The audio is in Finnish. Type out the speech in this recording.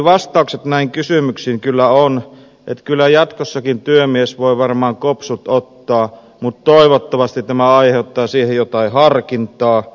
vastaukset näihin kysymyksiin kyllä ovat että kyllä jatkossakin työmies voi varmaan kopsut ottaa mutta toivottavasti tämä aiheuttaa siihen jotain harkintaa